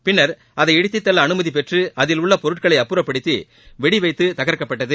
பின்னர் அதை இடித்துத்தள்ள அனுமதி பெற்று அதில் உள்ள பொருட்களை அப்புறப்படுத்தி வெடிவைத்து தகர்க்கப்பட்டது